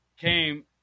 came